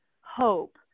hope